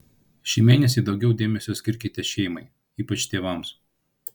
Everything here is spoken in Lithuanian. šį mėnesį daugiau dėmesio skirkite šeimai ypač tėvams